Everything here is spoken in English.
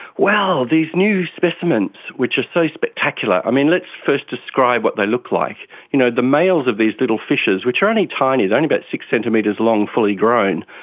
well, these new specimens which are so spectacular, i mean, let's first describe what they look like. you know the males of these little fishes, which are only tiny, there are only about six centimetres long fully grown,